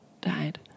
died